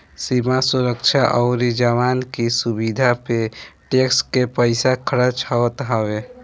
सीमा सुरक्षा अउरी जवान की सुविधा पे टेक्स के पईसा खरच होत हवे